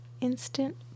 Instant